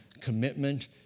commitment